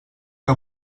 que